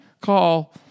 Call